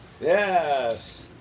Yes